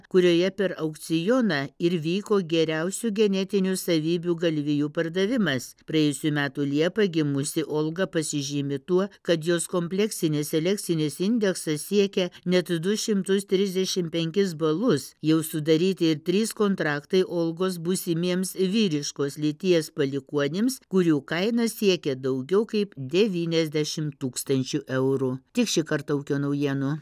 kurioje per aukcioną ir vyko geriausių genetinių savybių galvijų pardavimas praėjusių metų liepą gimusi olga pasižymi tuo kad jos kompleksinis selekcinis indeksas siekia net du šimtus trisdešimt penkis balus jau sudaryti trys kontraktai olgos būsimiems vyriškos lyties palikuonims kurių kaina siekia daugiau kaip devyniasdešimt tūkstančių eurų tiek šį kartą ūkio naujienų